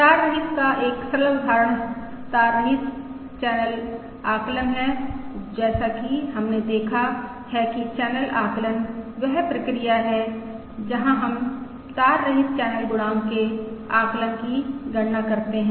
तार रहित का एक सरल उदाहरण तार रहित चैनल आकलन है जैसा कि हमने देखा है कि चैनल आकलन वह प्रक्रिया है जहां हम तार रहित चैनल गुणांक के आकलन की गणना करते हैं